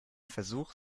versuch